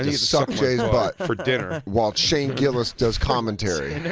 and get to suck jay's butt. for dinner. while shane gillis does commentary.